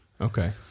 Okay